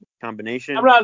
combination